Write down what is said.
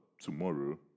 tomorrow